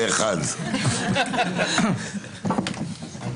הצבעה בעד אישור הצעת החוק 1 נגד,